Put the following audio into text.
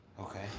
Okay